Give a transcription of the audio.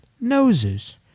noses